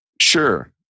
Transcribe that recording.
Sure